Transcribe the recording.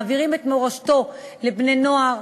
מעבירים את מורשתו לבני-נוער,